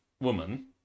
woman